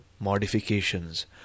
modifications